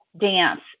dance